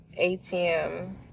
ATM